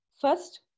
first